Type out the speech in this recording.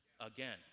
again